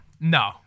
No